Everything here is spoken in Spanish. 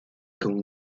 con